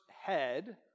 head